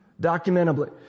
documentably